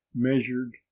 measured